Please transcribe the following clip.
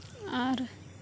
ᱟᱨ